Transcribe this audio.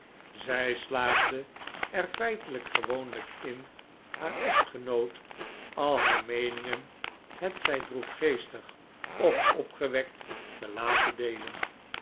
zij slaagde er feitelijk gewoonlijk in haar echtgenoot al haar meeningen hetzij droefgeestig of opgewekt te laten deelen